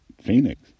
Phoenix